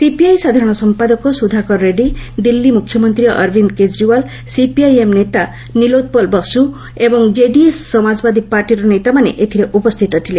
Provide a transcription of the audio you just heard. CPI ସାଧାରଣ ସମ୍ପାଦକ ସୁଧାକର ରେଡ୍ରୀ ଦିଲ୍ଲୀ ମୁଖ୍ୟମନ୍ତ୍ରୀ ଅରବିନ୍ଦ୍ କେଜରିୱାଲ୍ ସିପିଆଇଏମ୍ ନେତା ନିଲୋପୂଲ ବସୁ ଏବଂ କେଡିଏସ୍ ସମାଜବାଦୀ ପାର୍ଟିର ନେତାମାନେ ଏଥିରେ ଉପସ୍ଥିତ ଥିଲେ